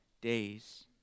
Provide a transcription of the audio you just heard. days